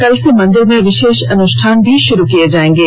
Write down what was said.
कल से मंदिर में विशेष अनुष्ठान भी शुरू हो जाएगे